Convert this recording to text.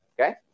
okay